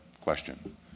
question